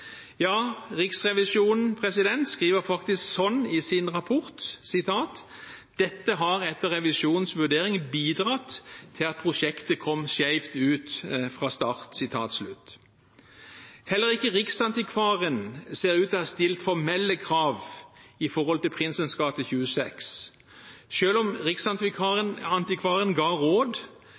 Ja, Riksrevisjonen skriver det faktisk slik i sin rapport: «Dette har etter revisjonens vurdering bidratt til at prosjektet kom skjevt ut fra start.» Heller ikke Riksantikvaren ser ut til å ha stilt formelle krav i forbindelse med Prinsens gt. 26. Selv om Riksantikvaren ga råd,